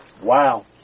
Wow